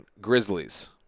grizzlies